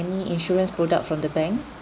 insurance product from the bank